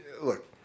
Look